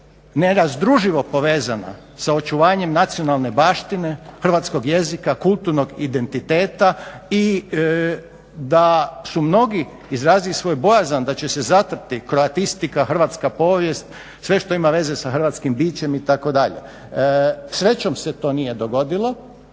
nerazdruživo povezana sa očuvanjem nacionalne baštine, hrvatskoj jezika, kulturnog identiteta i da su mnogi izrazili svoju bojazan da će se zatrti kroatistika, hrvatska povijest, sve što ime veze sa hrvatskim bićem, itd. Srećom se to nije dogodilo,